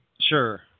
Sure